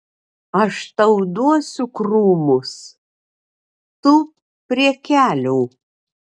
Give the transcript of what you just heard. aš tau duosiu krūmus tūpk prie kelio